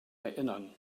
erinnern